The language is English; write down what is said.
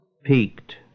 peaked